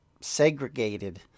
segregated